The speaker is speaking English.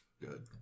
good